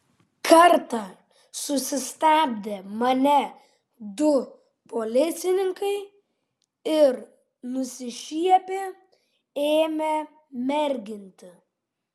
kartą susistabdė mane du policininkai ir nusišiepę ėmė merginti